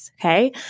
okay